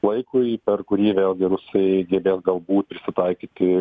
laikui per kurį vėlgi rusai gebės galbūt prisitaikyti